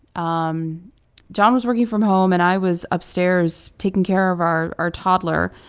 um john was working from home, and i was upstairs taking care of our our toddler.